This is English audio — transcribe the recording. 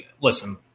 listen